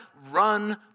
run